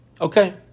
okay